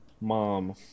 mom